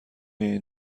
این